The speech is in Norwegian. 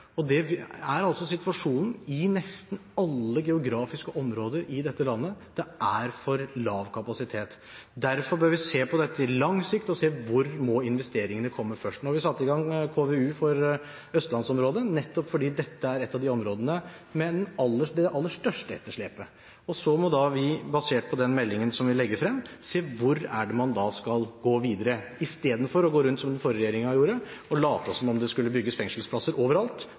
Det er situasjonen i nesten alle geografiske områder i dette landet – det er for lav kapasitet. Derfor bør vi se på dette på lang sikt og se hvor investeringene må komme først. Nå har vi satt i gang KVU for østlandsområdet, nettopp fordi dette er ett av områdene med det aller største etterslepet. Så må vi, basert på den meldingen som vi legger frem, se hvor det er man da skal gå videre, istedenfor å gå rundt, som den forrige regjeringen gjorde, og late som om det skulle bygges fengselsplasser